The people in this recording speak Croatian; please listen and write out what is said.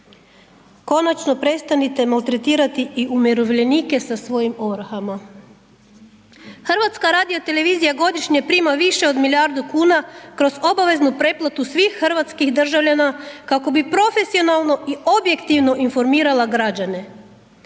Konačno prestanite maltretirati i umirovljenike sa svojim ovrhama. HRT godišnje prima više od milijardu kuna kroz obaveznu pretplatu svih hrvatskih državljana kako bi profesionalno i objektivno informirala građane.